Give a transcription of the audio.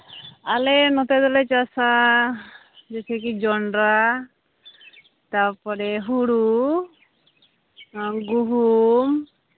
ᱟᱞᱮ ᱱᱚᱛᱮ ᱫᱚᱞᱮ ᱪᱟᱥᱼᱟ ᱡᱮᱭᱥᱮ ᱠᱤ ᱡᱚᱱᱰᱨᱟ ᱛᱟᱨᱯᱚᱨᱮ ᱦᱳᱲᱳ ᱜᱩᱦᱩᱢ